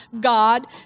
God